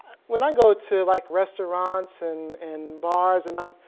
when i go to like restaurants and and bars and um